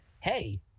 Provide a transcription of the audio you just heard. hey